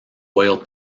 oil